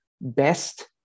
best